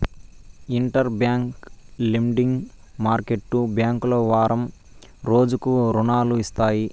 inter bank lending market బ్యాంకులు వారం రోజులకు రుణాలు ఇస్తాయి